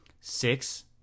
six